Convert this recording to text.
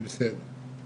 זה בסדר.